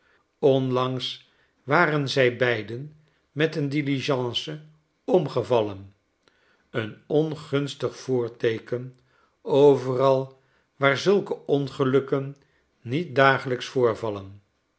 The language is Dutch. onlangs waren zij beiden met een diligence omgevallen een ongunstig voorteeken overal waar zulke ongelukken niet dagelijks voorvallen